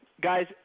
Guys